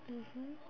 mmhmm